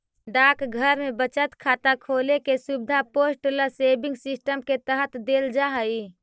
डाकघर में बचत खाता खोले के सुविधा पोस्टल सेविंग सिस्टम के तहत देल जा हइ